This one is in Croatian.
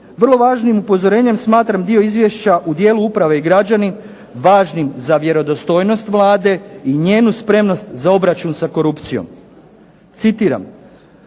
Vrlo važnim upozorenjem smatram dio izvješća u dijelu uprave i građani važnim za vjerodostojnost Vlade i njenu spremnost za obračun sa korupcijom. Citiram: